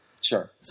Sure